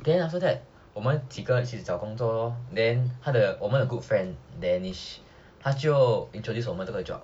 then after that 我们几个一起去找工作 lor then 她的我们的 good friend danish 他就 introduced 我们这个 job